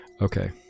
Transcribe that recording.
Okay